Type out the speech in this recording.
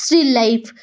still life